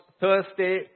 Thursday